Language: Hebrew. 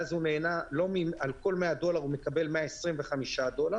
ואז הוא מקבל על כל 100 דולר 125 דולר.